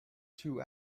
two